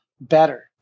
better